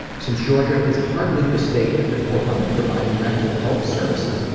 since georgia is hardly the state at the forefront of providing mental health services,